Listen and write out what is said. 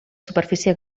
superfície